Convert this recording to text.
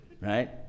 right